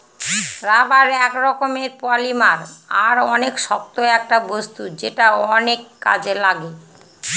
rubber এক রকমের polymer আর অনেক শক্ত একটা বস্তু যেটা অনেক কাজে লাগে